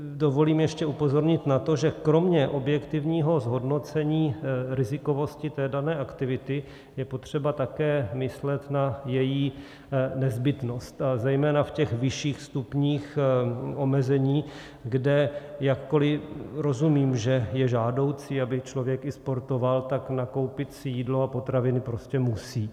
Dovolím si ještě upozornit na to, že kromě objektivního zhodnocení rizikovosti té dané aktivity je potřeba také myslet na její nezbytnost zejména v těch vyšších stupních omezení, kde jakkoli rozumím, že je žádoucí, aby člověk i sportoval, tak nakoupit si jídlo a potraviny prostě musí.